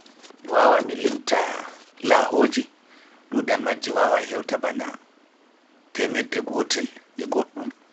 Mi waawaay mi limta liƴƴi ɗuuɗal majji wawa hewtaba na teemeɗe ɗiɗi reeta.